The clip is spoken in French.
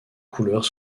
couleurs